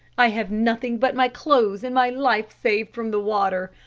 i have nothing but my clothes and my life saved from the water.